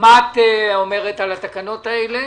מה את אומרת על התקנות האלה?